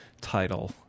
title